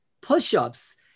push-ups